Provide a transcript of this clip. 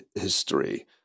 history